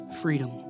freedom